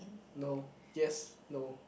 no yes no